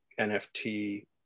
NFT